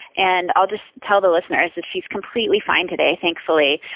and i'll just tell the listeners she is completely fine today, thankfully,